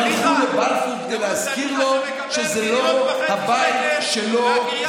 הם הלכו לבלפור כדי להזכיר לו שזה לא הבית שלו,